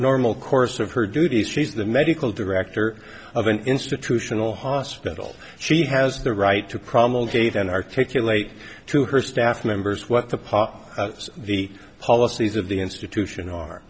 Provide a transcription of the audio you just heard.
normal course of her duties she's the medical director of an institutional hospital she has the right to promulgating articulate to her staff members what the par the policies of the institution